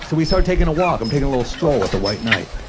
so we start taking a walk. i'm taking a little stroll with the white knight,